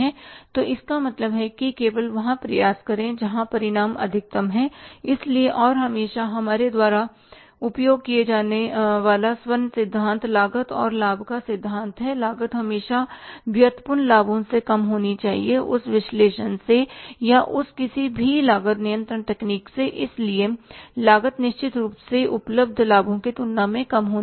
तो इसका मतलब है कि केवल वहां प्रयास करें जहां परिणाम अधिकतम है इसलिए और हमेशा हमारे द्वारा उपयोग किए जाने वाला स्वर्ण सिद्धांत लागत और लाभ का सिद्धांत है लागत हमेशा व्युत्पन्न लाभों से कम होनी चाहिए उस विश्लेषण से या उस किसी भी लागत नियंत्रण तकनीक से इसलिए लागत निश्चित रूप से उपलब्ध लाभों की तुलना में कम होनी चाहिए